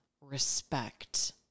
respect